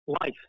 life